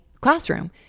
classroom